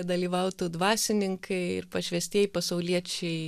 dalyvautų dvasininkai ir pašvęstieji pasauliečiai